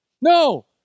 no